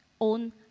own